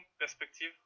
perspective